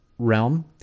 Realm